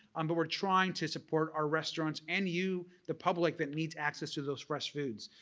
um but we're trying to support our restaurants and you the public that needs access to those fresh foods.